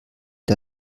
der